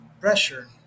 pressure